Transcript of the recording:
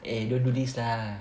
eh don't do this lah